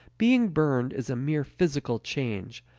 being burned is a mere physical change,